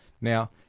Now